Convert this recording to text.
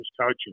coaching